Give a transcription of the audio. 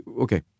Okay